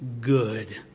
good